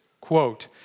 quote